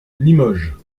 limoges